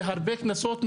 והרבה קנסות,